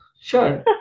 sure